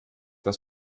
das